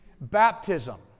Baptism